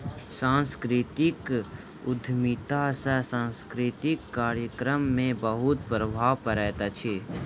सांस्कृतिक उद्यमिता सॅ सांस्कृतिक कार्यक्रम में बहुत प्रभाव पड़ैत अछि